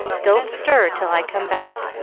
don't stir till i come back.